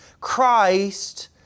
Christ